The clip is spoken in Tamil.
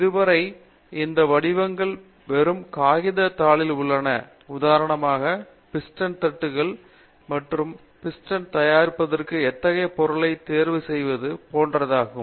இதுவரை இந்த வடிவமைப்புகள் வெறும் காகித தாளில் உள்ளன உதாரணமாக பிஸ்டன் தண்டுகள் அல்லது பிஸ்டன் தயாரிப்பதற்கு எத்தகைய பொருளைத் தேர்வு செய்வது போன்றதாகும்